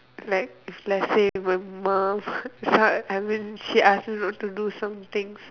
like if let's say my mom start I mean she ask me not to do somethings